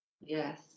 Yes